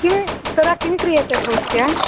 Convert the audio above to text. किं तदा किं क्रियते भवत्या